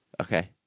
Okay